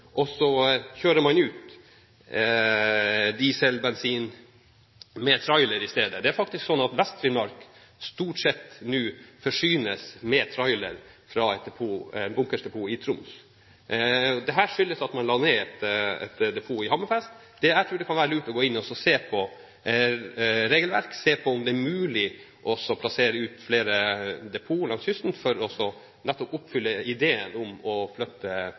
ut diesel og bensin med trailer i stedet. Det er faktisk sånn at Vest-Finnmark nå stort sett forsynes fra et bunkerdepot i Troms, med bruk av trailer. Dette skyldes at man la ned et depot i Hammerfest. Jeg tror det kan være lurt å gå inn og se på regelverk, se på om det er mulig å plassere ut flere depoter langs kysten for nettopp å oppfylle ideen om å flytte